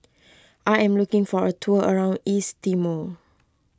I am looking for a tour around East Timor